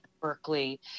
Berkeley